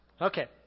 okay